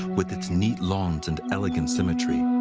with its neat lawns and elegant symmetry.